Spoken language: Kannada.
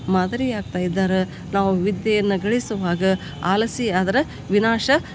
ಮಾದರಿ ಆಗ್ತಾ ಇದ್ದಾರೆ ನಾವು ವಿದ್ಯೆಯನ್ನು ಗಳಿಸುವಾಗ ಆಲಸಿ ಆದ್ರೆ ವಿನಾಶ